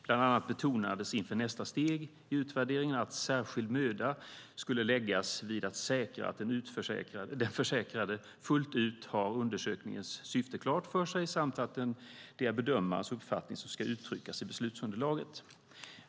Bland annat betonades inför nästa steg i utvärderingen att särskild möda skulle läggas vid att säkra att den försäkrade fullt ut har undersökningens syfte klart för sig samt att det är bedömarens uppfattning som ska uttryckas i beslutsunderlaget.